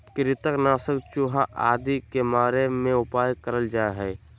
कृंतक नाशक चूहा आदि के मारे मे उपयोग करल जा हल